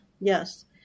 Yes